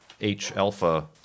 H-alpha